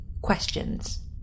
questions